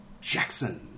Jackson